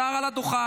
השר על הדוכן,